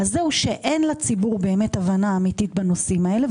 אז שאין לציבור באמת הבנה אמיתית בנושאים האלה.